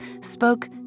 spoke